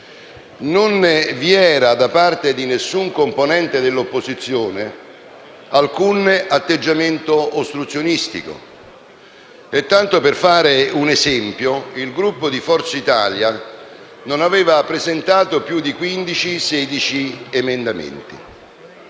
Non vi era da parte di nessun componente dell'opposizione alcun atteggiamento ostruzionistico. Tanto per fare un esempio, il Gruppo di Forza Italia non aveva presentato più di 15 o 16 emendamenti.